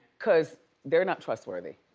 cause they're not trustworthy.